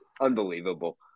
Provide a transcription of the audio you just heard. unbelievable